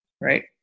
right